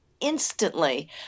instantly